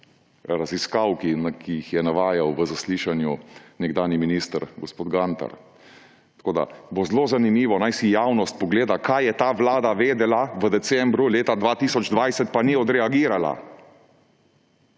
raziskav, ki jih je navajal na zaslišanju nekdanji minister gospod Gantar, tako da bo zelo zanimivo. Naj si javnost pogleda, kaj je ta vlada vedela v decembru leta 2020, pa niso odreagirala.